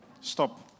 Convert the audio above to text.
Stop